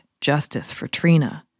JusticeForTrina